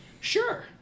Sure